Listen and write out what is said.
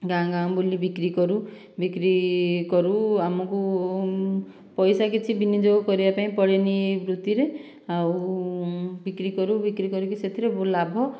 ଗାଁ ଗାଁ ବୁଲି ବିକ୍ରି କରୁ ବିକ୍ରି କରୁ ଆମକୁ ପଇସା କିଛି ବିନିଯୋଗ କରିବା ପାଇଁ ପଡ଼େନି ଏଇ ବୃତ୍ତିରେ ଆଉ ବିକ୍ରି କରୁ ବିକ୍ରି କରିକି ସେଥିରେ ଲାଭ